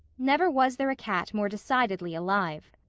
never was there a cat more decidedly alive.